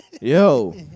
Yo